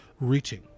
reaching